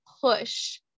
push